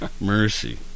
Mercy